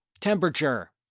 temperature